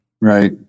Right